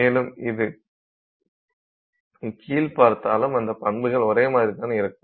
மேலே இருந்து கீழ் பார்த்தாலும் இந்த பண்புகள் ஒரே மாதிரி தான் இருக்கும்